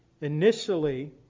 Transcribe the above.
initially